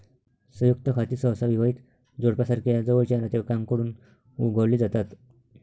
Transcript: संयुक्त खाती सहसा विवाहित जोडप्यासारख्या जवळच्या नातेवाईकांकडून उघडली जातात